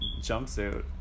jumpsuit